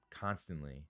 constantly